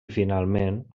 finalment